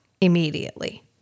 Immediately